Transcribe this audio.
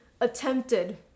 attempted